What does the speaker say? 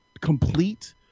complete